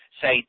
say